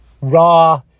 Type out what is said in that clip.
raw